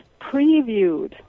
previewed